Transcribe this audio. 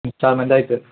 instalment ആയിട്ട്